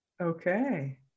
Okay